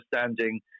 understanding